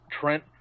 Trent